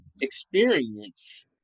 experience